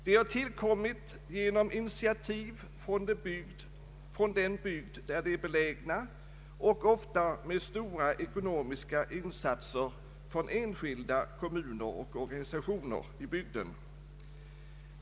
De har tillkommit genom initiativ från den bygd, där de är belägna, och ofta med stora ekonomiska insatser från enskilda, kommuner och organisationer i bygden.